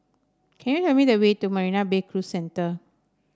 can you tell me the way to Marina Bay Cruise Centre